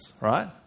right